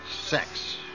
sex